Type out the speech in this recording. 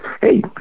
Hey